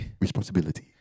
responsibility